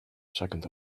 second